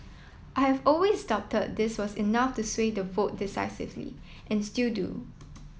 I have always doubted this was enough to sway the vote decisively and still do